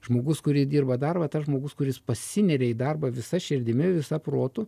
žmogus kuris dirba darbą tas žmogus kuris pasineria į darbą visa širdimi visa protu